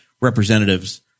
representatives